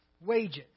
wages